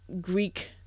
Greek